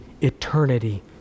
eternity